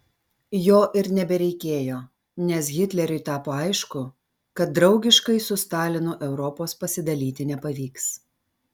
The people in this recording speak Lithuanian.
jo ir nebereikėjo nes hitleriui tapo aišku kad draugiškai su stalinu europos pasidalyti nepavyks